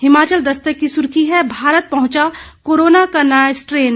हिमाचल दस्तक की सुर्खी है भारत पहुंचा कोरोना का नया स्ट्रेन